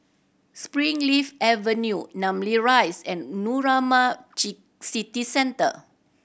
Springleaf Avenue Namly Rise and City Centre